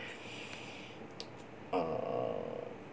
um